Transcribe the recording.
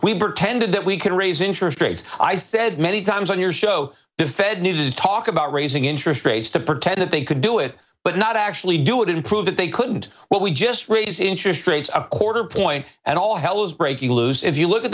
were tended that we could raise interest rates i said many times on your show the fed needed to talk about raising interest rates to pretend that they could do it but not actually do it and prove that they couldn't what we just raise interest rates a quarter point and all hell is breaking loose if you look at